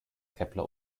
kepler